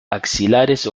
axilares